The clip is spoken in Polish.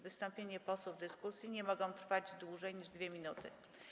Wystąpienia posłów w dyskusji nie mogą trwać dłużej niż 2 minuty.